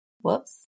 Whoops